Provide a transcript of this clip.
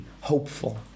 hopeful